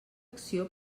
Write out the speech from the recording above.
acció